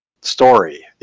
story